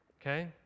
okay